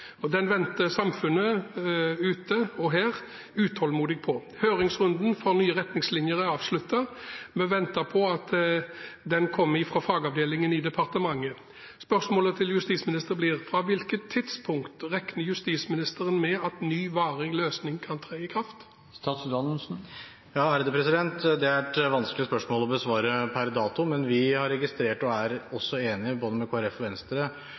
bli. Den venter samfunnet ute og her utålmodig på. Høringsrunden for nye retningslinjer er avsluttet, og vi venter på at de kommer fra fagavdelingen i departementet. Spørsmålet til justisministeren blir: Fra hvilket tidspunkt regner justisministeren med at ny, varig løsning kan tre i kraft? Det er et vanskelig spørsmål å besvare per dato, men vi har registrert og er også enige med både Kristelig Folkeparti og Venstre